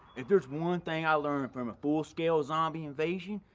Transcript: if there's one thing i learned from a full scale zombie invasion.